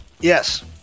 Yes